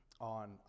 on